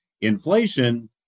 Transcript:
inflation